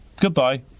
Goodbye